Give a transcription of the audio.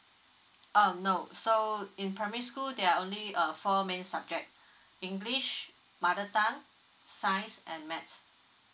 um no so in primary school there are only a four main subject english mother tongue science and math